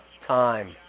time